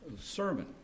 sermon